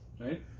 right